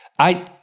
i,